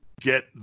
get